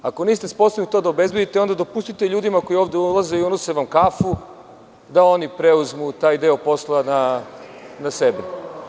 Ako niste sposobni to da obezbedite onda dopustite ljudima koji ovde ulaze i unose vam kafu da oni preuzmu taj deo posla na sebe.